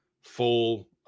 full